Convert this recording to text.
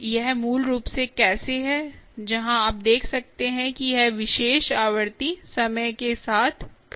तो यह मूल रूप से कैसे है जहां आप देख सकते हैं कि यह विशेष आवृत्ति समय के साथ कहां है